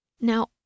Now